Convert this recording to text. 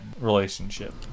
relationship